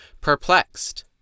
perplexed